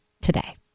today